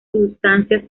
sustancias